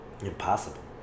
impossible